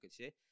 okay